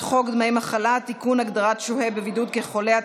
חוק דמי מחלה (תיקון הגדרת שוהה בבידוד כחולה),